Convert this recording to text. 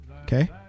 Okay